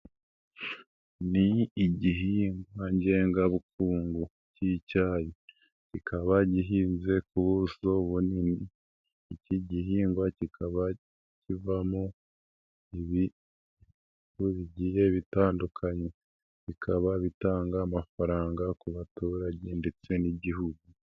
Ni igihingwa ngengabukungu cy'icyayi kikaba gihinze ku buso bunini, iki gihingwa kikaba kivamo ibintu bigiye bitandukanye, bikaba bitanga amafaranga ku baturage ndetse n'igihugu.